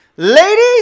Ladies